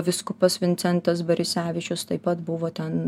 vyskupas vincentas barisevičius taip pat buvo ten